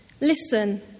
listen